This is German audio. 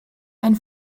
ein